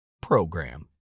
PROGRAM